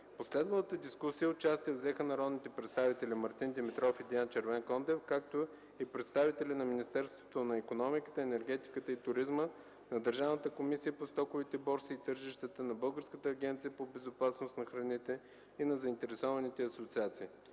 последвалата дискусия участие взеха народните представители Мартин Димитров и Диан Червенкондев, както и представители на Министерството на икономиката, енергетиката и туризма, на Държавната комисия по стоковите борси и тържищата, на Българската агенция по безопасност на храните и на заинтересованите асоциации.